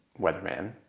weatherman